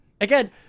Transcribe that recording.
Again